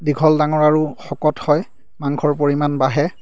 দীঘল ডাঙৰ আৰু শকত হয় মাংসৰ পৰিমাণ বাঢ়ে